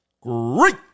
Great